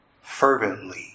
fervently